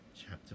chapter